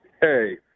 Hey